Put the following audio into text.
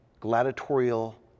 gladiatorial